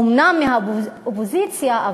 אומנם מהאופוזיציה,